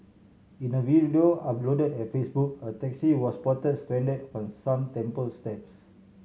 in a video uploaded on Facebook a taxi was spotted stranded on some temple steps